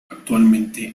actualmente